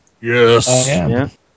yes